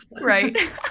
Right